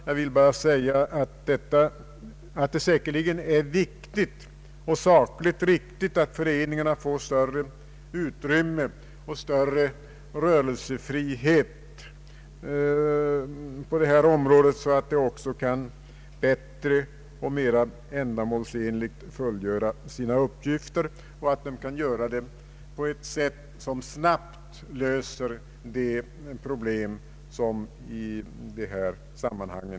Jag vill bara säga att det säkerligen är viktigt och sakligt riktigt att föreningarna får större utrymme och rörelsefrihet på det här området så att de bättre och mera ändamålsenligt kan fullgöra sina uppgifter på ett sätt som snabbt löser de problem som kan uppstå i detta sammanhang.